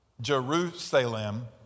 Jerusalem